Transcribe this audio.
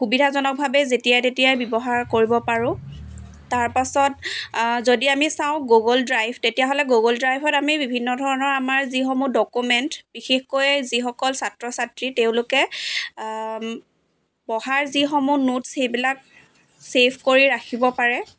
সুবিধাজনকভাৱে যেতিয়াই তেতিয়াই ব্যৱহাৰ কৰিব পাৰোঁ তাৰপাছত যদি আমি চাওঁ গুগল ড্ৰাইভ তেতিয়াহ'লে গুগল ড্ৰাইভত আমি বিভিন্ন ধৰণৰ আমাৰ যিসমূহ ডকুমেণ্ট বিশেষকৈ যিসকল ছাত্ৰ ছাত্ৰী তেওঁলোকে পঢ়াৰ যিসমূহ নোটছ সেইবিলাক ছেভ কৰি ৰাখিব পাৰে